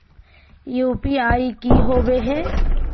UPI की होवे है?